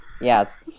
yes